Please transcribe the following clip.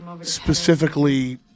specifically